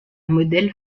modèle